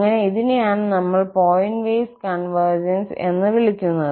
അങ്ങനെ അതിനെയാണ് നമ്മൾ പോയിന്റ് വൈസ് കൺവെർജൻസ് എന്ന് വിളിക്കുന്നത്